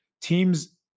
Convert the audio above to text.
Teams